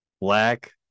Black